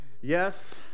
Yes